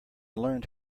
learned